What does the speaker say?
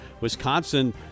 Wisconsin